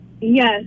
yes